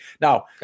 Now